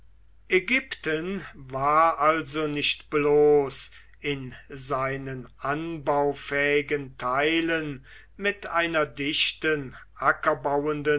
ägypten war also nicht bloß in seinen anbaufähigen teilen mit einer dichten